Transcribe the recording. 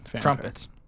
trumpets